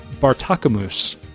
Bartakamus